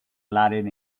latin